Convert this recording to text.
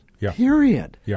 Period